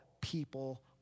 people